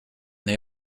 they